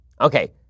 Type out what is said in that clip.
Okay